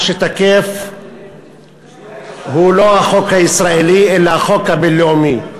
מה שתקף הוא לא החוק הישראלי אלא החוק הבין-לאומי.